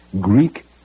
Greek